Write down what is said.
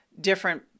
different